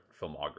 filmography